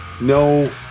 no